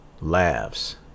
laughs